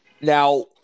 Now